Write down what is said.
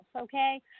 okay